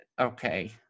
okay